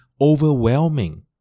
overwhelming